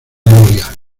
gloria